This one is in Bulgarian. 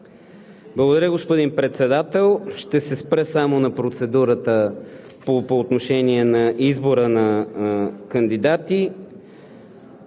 Благодаря, господин Председател. Ще се спра само на процедурата по отношение на избора на кандидати.